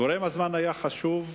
גורם הזמן היה חשוב,